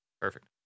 Perfect